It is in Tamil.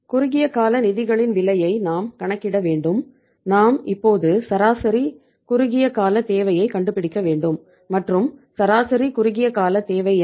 குறுகிய கால நிதிகளின் விலையை நாம் கணக்கிட வேண்டும் நாம் இப்போது சராசரி குறுகிய காலத் தேவையை கண்டுபிடிக்க வேண்டும் மற்றும் சராசரி குறுகிய கால தேவை என்ன